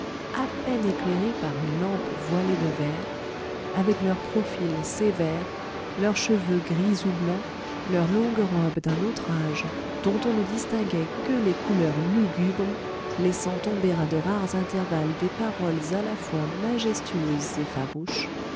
à peine éclairées par une lampe voilée de vert avec leurs profils sévères leurs cheveux gris ou blancs leurs longues robes d'un autre âge dont on ne distinguait que les couleurs lugubres laissant tomber à de rares intervalles des paroles à la fois majestueuses et farouches